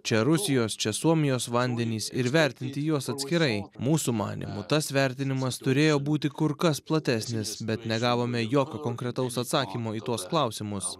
čia rusijos čia suomijos vandenys ir vertinti juos atskirai mūsų manymu tas vertinimas turėjo būti kur kas platesnis bet negavome jokio konkretaus atsakymo į tuos klausimus